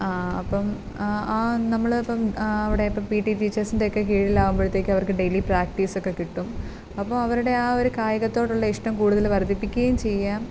ആ അപ്പം ആ നമ്മൾ ഇപ്പം അവിടെ ഇപ്പം പി ടി ടീച്ചേഴ്സിൻ്റെ ഒക്കെ കീഴിൽ ആവുമ്പോഴത്തേക്ക് അവർക്ക് ഡെയ്ലി പ്രാക്റ്റീസ് ഒക്കെ കിട്ടും അപ്പോൾ അവരുടെ ആ ഒരു കായികത്തോടുള്ള ഇഷ്ടം കൂടുതൽ വർദ്ധിപ്പിക്കുകയും ചെയ്യാം